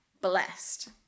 blessed